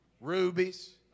rubies